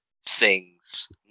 sings